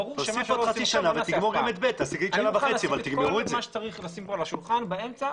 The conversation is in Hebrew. כל מה שצריך לשים כאן על השולחן באמצע,